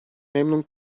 memnun